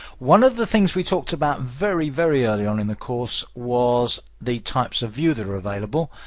one of the things we talked about very, very early on in the course was the types of view that are available,